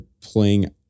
playing